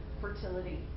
fertility